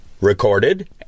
recorded